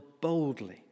boldly